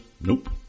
Nope